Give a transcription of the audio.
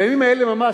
בימים אלה ממש,